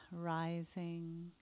rising